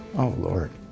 oh lord,